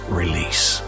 release